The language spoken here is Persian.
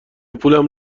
پولم